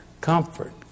comfort